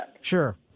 Sure